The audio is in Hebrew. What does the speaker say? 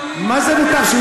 מה זה מותר?